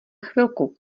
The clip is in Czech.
chvilku